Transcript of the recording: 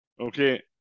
okay